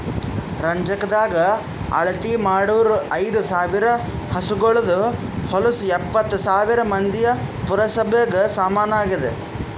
ರಂಜಕದಾಗ್ ಅಳತಿ ಮಾಡೂರ್ ಐದ ಸಾವಿರ್ ಹಸುಗೋಳದು ಹೊಲಸು ಎಪ್ಪತ್ತು ಸಾವಿರ್ ಮಂದಿಯ ಪುರಸಭೆಗ ಸಮನಾಗಿದೆ